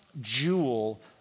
jewel